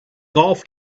golf